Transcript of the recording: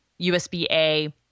USB-A